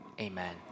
amen